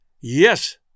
Yes